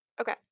Okay